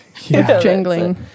jingling